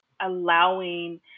allowing